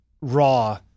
raw